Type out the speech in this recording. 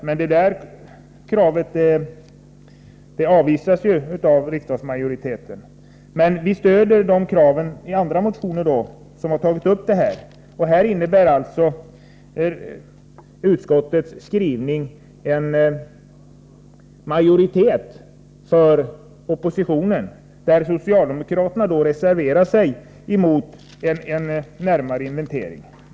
Men detta krav avvisas av riksdagsmajoriteten. Vi stödjer då de andra motioner där man tagit upp detta krav. Utskottets skrivning innebär här en majoritet för oppositionen. Socialdemokraterna reserverar sig mot en närmare inventering.